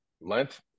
length